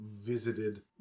visited